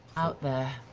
out there.